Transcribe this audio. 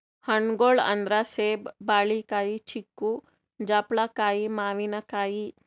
ಹಣ್ಣ್ಗೊಳ್ ಅಂದ್ರ ಸೇಬ್, ಬಾಳಿಕಾಯಿ, ಚಿಕ್ಕು, ಜಾಪಳ್ಕಾಯಿ, ಮಾವಿನಕಾಯಿ